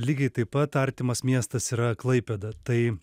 lygiai taip pat artimas miestas yra klaipėda tai